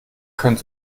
können